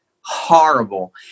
horrible